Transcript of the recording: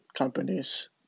companies